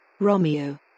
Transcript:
Romeo